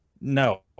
no